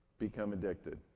become addicted.